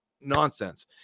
nonsense